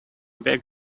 beg